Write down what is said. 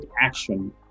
action